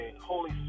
Holy